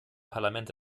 parlament